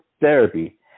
therapy